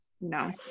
No